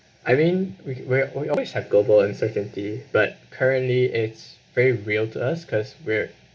I mean we were we always have global uncertainty but currently it's very real to us because we're